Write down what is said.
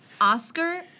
Oscar